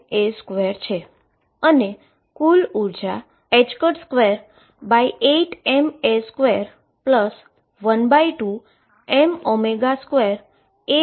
જે 28ma2 છે અને કુલ એનર્જી 28ma212m2a2 બનશે